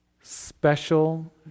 special